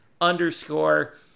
underscore